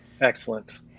Excellent